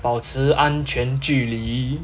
保持安全距离